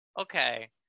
Okay